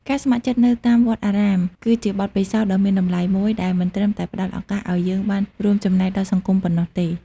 ការស្ម័គ្រចិត្តនៅតាមវត្តអារាម គឺជាបទពិសោធន៍ដ៏មានតម្លៃមួយ ដែលមិនត្រឹមតែផ្ដល់ឱកាសឱ្យយើងបានរួមចំណែកដល់សង្គមប៉ុណ្ណោះទេ ។